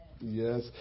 Yes